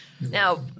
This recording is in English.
Now